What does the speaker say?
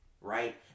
right